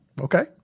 Okay